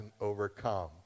overcome